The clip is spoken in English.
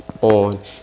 on